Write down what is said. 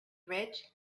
rich